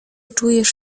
czujesz